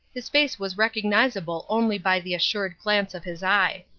his face was recognizable only by the assured glance of his eye.